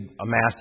amassing